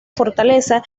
fortaleza